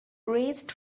raised